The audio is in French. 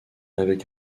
avec